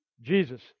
Jesus